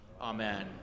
Amen